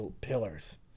pillars